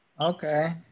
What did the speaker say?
Okay